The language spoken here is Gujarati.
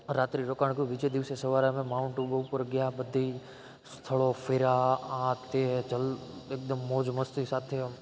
રાત્રે રોકાણ કર્યું બીજે દિવસે સવારે માઉન્ટ આબુ ઉપર ગયા બધેય સ્થળો ફર્યા આ તે ચલ એકદમ મોજ મસ્તી સાથે